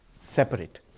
separate